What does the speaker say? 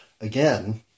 Again